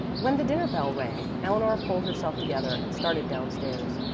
when the dinner-bell rang, eleanor pulled herself together and started down-stairs.